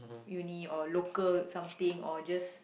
uni or local something or just